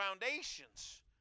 foundations